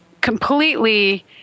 completely